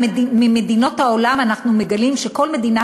ממדינות העולם אנחנו מגלים שכל מדינה